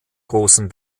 großem